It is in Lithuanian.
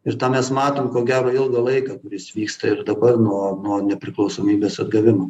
ir tą mes matom ko gero ilgą laiką kuris vyksta ir dabar nuo nuo nepriklausomybės atgavimo